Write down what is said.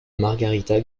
margarita